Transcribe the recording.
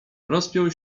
rozpiął